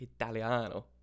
Italiano